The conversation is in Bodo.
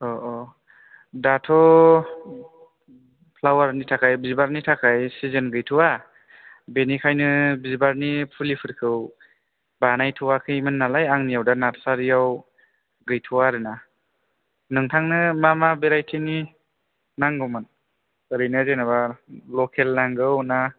दाथ' फ्लावारनि थाखाय बिबारनि थाखाय सिजोन गैथ'वा बेनिखायनो बिबारनि फुलिफोरखौ बानायथ'आखैमोन नालाय आंनियाव नारसारियाव गैथ'आ आरो ना नोंथांनो मा मा भेराइटिनि नांगौमोन ओरैनो जेन'बा लकेल नांगौ ना